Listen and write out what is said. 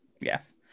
Yes